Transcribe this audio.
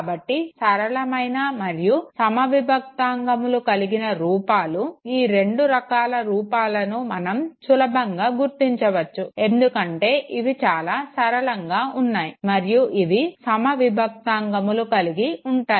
కాబట్టి సరళమైన మరియు సమవిభక్తాంగములు కలిగిన రూపాలు ఈ రెండు రకాల రూపాలను మనం సులభంగా గుర్తించవచ్చు ఎందుకంటే ఇవి చాలా సరళంగా ఉన్నాయి మరియు ఇవి సమవిభక్తాంగములు కలిగి ఉంటాయి